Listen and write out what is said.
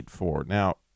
now